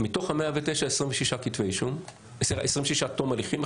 מתוך ה-109 יש 26 תום ההליכים,